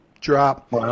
drop